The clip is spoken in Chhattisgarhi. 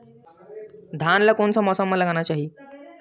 धान ल कोन से मौसम म लगाना चहिए?